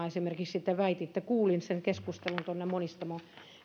esimerkiksi te edustaja sarkomaa väititte kuulin sen keskustelun tuonne monistamoon